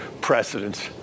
precedents